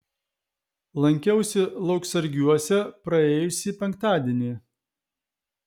lankiausi lauksargiuose praėjusį penktadienį